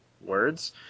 Words